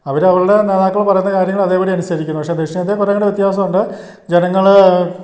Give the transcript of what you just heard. അവർ അവരുടെ നേതാക്കൾ പറയുന്ന കാര്യങ്ങൾ അതേപടി അനുസരിക്കുന്നു പക്ഷെ ദക്ഷിണേന്ത്യ കുറേയുംകുടി വ്യത്യാസം ഉണ്ട് ജനങ്ങൾ